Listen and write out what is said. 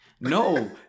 No